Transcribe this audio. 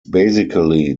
basically